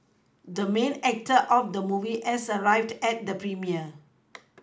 the main actor of the movie has arrived at the premiere